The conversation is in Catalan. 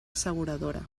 asseguradora